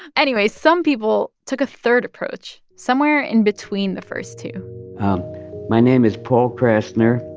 anyway, some people took a third approach somewhere in between the first two my name is paul krassner.